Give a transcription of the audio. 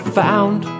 found